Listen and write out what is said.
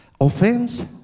Offense